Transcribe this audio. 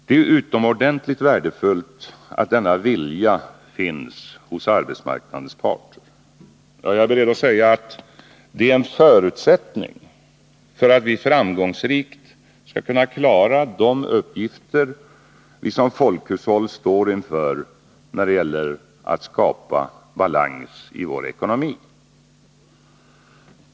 Det är utomordentligt värdefullt att denna vilja finns hos arbetsmarknadens parter. Jag är beredd att säga att det är en förutsättning för att vi framgångsrikt skall klara de uppgifter vi som folkhushåll står inför när det gäller att skapa balans i vår ekonomi.